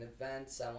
events